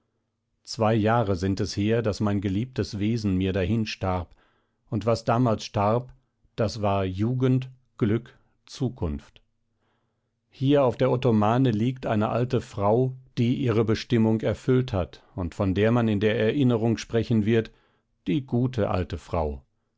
zwei jahre sind es her daß mein geliebtes wesen mir dahinstarb und was damals starb das war jugend glück zukunft hier auf der ottomane liegt eine alte frau die ihre bestimmung erfüllt hat und von der man in der erinnerung sprechen wird die gute alte frau